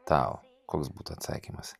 tau koks būtų atsakymas